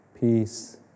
peace